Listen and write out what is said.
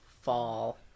fall